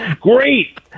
Great